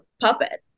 puppet